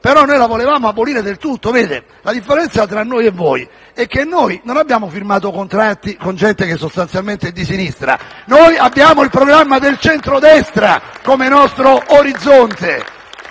l'avremmo voluta abolire del tutto. Vede, la differenza tra noi e voi è che noi non abbiamo firmato contratti con gente che sostanzialmente è di sinistra: noi abbiamo il programma del centrodestra, come nostro orizzonte,